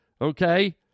okay